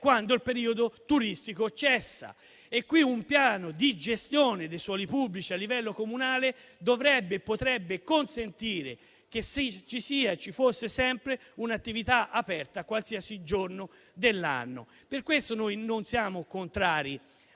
quando il periodo turistico cessa. Un piano di gestione dei suoli pubblici a livello comunale dovrebbe e potrebbe consentire che ci sia sempre un'attività aperta, qualsiasi giorno dell'anno. Per questo, non siamo contrari